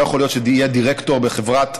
לא יכול להיות שיהיה דירקטור בחברה,